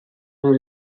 nel